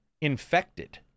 Infected